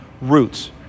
roots